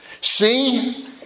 See